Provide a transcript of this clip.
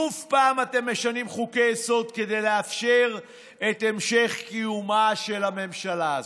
עוד פעם אתם משנים חוקי-יסוד כדי לאפשר את המשך קיומה של הממשלה הזאת,